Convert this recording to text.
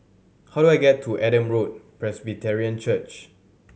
how do I get to Adam Road Presbyterian Church